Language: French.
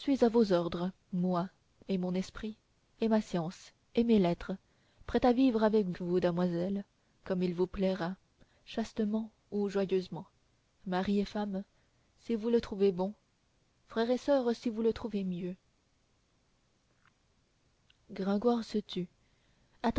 à vos ordres moi et mon esprit et ma science et mes lettres prêt à vivre avec vous damoiselle comme il vous plaira chastement ou joyeusement mari et femme si vous le trouvez bon frère et soeur si vous le trouvez mieux gringoire se